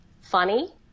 funny